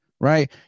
right